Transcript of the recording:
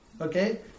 Okay